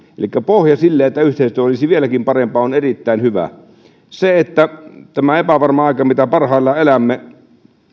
elikkä pohja sille että yhteistyö olisi vieläkin parempaa on erittäin hyvä tämä epävarma aika mitä parhaillaan elämme